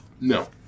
No